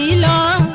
la